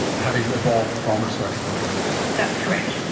having evolved from research programs. that's correct.